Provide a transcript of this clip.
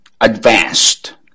advanced